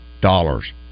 dollars